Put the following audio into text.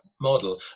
model